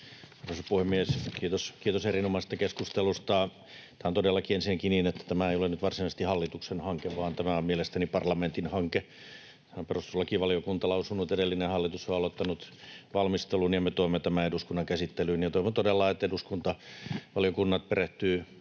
Kiitos, kiitos erinomaisesta keskustelusta. Tämä on todellakin ensinnäkin niin, että tämä ei ole nyt varsinaisesti hallituksen hanke, vaan tämä on mielestäni parlamentin hanke. Tähän on perustuslakivaliokunta lausunut, edellinen hallitus on aloittanut valmistelun, ja me tuomme tämän eduskunnan käsittelyyn. Toivon todella, että eduskunta ja valiokunnat perehtyvät